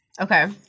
Okay